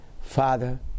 Father